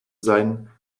sein